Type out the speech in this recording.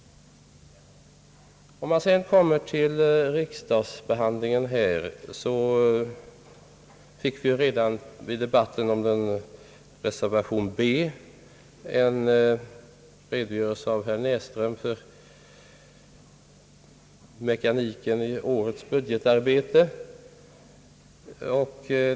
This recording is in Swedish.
Om jag sedan kommer in på riksdagsbehandlingen nu vill jag säga, att vi redan i debatten om reservationen vid punkten 10 fick en redogörelse av herr Näsström beträffande mekaniken i årets budgetarbete.